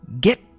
get